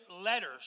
letters